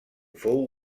fou